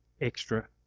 extra